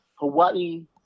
Hawaii